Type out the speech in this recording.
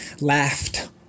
Laughed